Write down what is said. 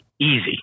Easy